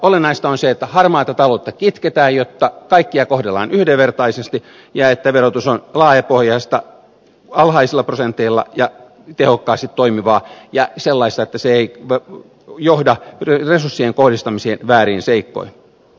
olennaista on se että harmaata taloutta kitketään jotta kaikkia kohdellaan yhdenvertaisesti ja että verotus on laajapohjaista alhaisilla prosenteilla ja tehokkaasti toimivaa ja sellaista että se ei johda resurssien kohdistamiseen vääriin seikkoihin